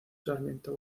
sarmiento